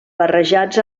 barrejats